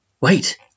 wait